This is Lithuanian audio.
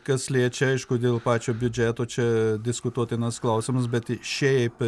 kas liečia aišku dėl pačio biudžeto čia diskutuotinas klausimas bet šiaip